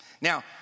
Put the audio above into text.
Now